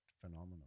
phenomenal